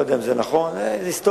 אני לא יודע אם זה נכון, זו היסטוריה.